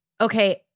Okay